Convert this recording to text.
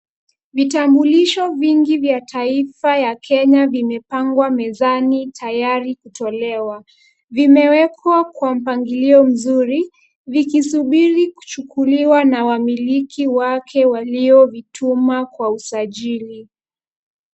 Vitambulisho vingi vya taifa ya Kenya vimepangwa mezani tayari kutolewa. Vimewekwa kwa mpangilio mzuri, vikisubiri kuchukuliwa na wamiliki wake waliovituma kwa usajili.